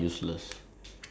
um